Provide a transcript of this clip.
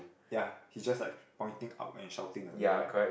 ya he's just like pointing up and shouting or something right